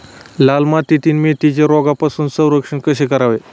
लाल मातीतील मेथीचे रोगापासून संरक्षण कसे करावे?